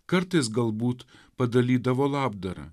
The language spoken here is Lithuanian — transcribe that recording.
kartais galbūt padalydavo labdarą